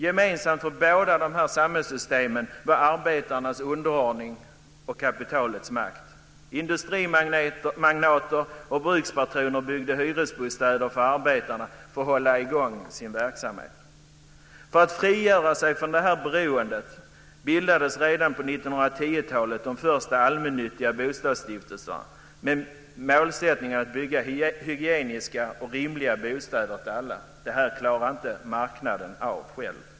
Gemensamt för båda dessa samhällssystem var arbetarnas underordning och kapitalets makt. Industrimagnater och brukspatroner byggde hyresbostäder för arbetarna för att hålla i gång sin verksamhet. För att frigöra sig från beroendet bildades redan under 1910-talet den första allmännyttiga bostadsstiftelsen med målsättningen att bygga hygieniska och rymliga bostäder till alla. Detta klarade marknaden själv inte av.